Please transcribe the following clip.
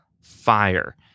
fire